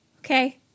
Okay